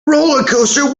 rollercoaster